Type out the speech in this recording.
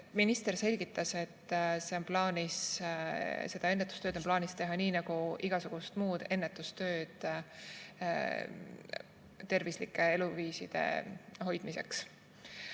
minister selgitas, et seda ennetustööd on plaanis teha nii nagu igasugust muud ennetustööd tervisliku eluviisi hoidmiseks.